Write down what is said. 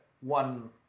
one